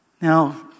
Now